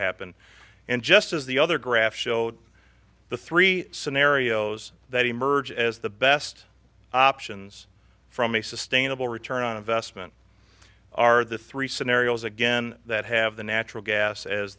happen and just as the other graph showed the three scenarios that emerge as the best options from a sustainable return on investment are the three scenarios again that have the natural gas